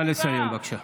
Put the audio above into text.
נא לסיים, בבקשה.